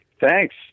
Thanks